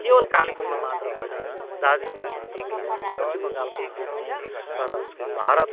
केवल कालेबुङमा मात्र होइन दार्जिलिङमा मात्र होइन पश्चिम बङ्गालमा मात्र होइन तर भारत